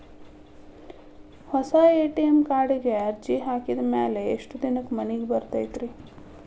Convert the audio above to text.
ಹೊಸಾ ಎ.ಟಿ.ಎಂ ಕಾರ್ಡಿಗೆ ಅರ್ಜಿ ಹಾಕಿದ್ ಮ್ಯಾಲೆ ಎಷ್ಟ ದಿನಕ್ಕ್ ಮನಿಗೆ ಬರತೈತ್ರಿ?